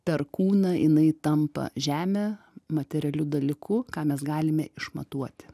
perkūną jinai tampa žeme materialiu dalyku ką mes galime išmatuoti